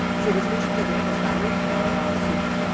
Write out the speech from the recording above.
so, reservations are there for standard series.